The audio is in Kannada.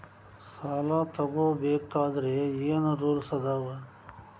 ಸಾಲ ತಗೋ ಬೇಕಾದ್ರೆ ಏನ್ ರೂಲ್ಸ್ ಅದಾವ?